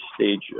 stage